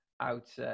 out